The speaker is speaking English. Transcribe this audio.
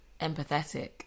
empathetic